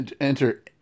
enter